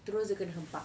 terus dia kena hempap